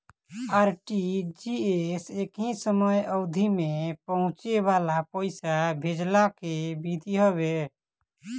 RTGS एकही समय अवधि में पहुंचे वाला पईसा भेजला के विधि हवे